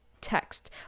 text